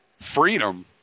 Freedom